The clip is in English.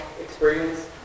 experience